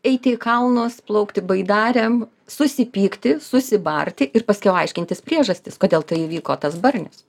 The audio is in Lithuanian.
eiti į kalnus plaukti baidarėm susipykti susibarti ir paskiau aiškintis priežastis kodėl tai įvyko tas barnis